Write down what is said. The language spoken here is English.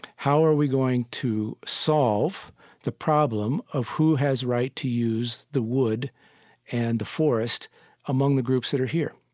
how are we going to solve the problem of who has right to use the wood and the forest among the groups that are here